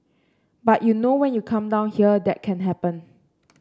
but you know when you come down here that can happen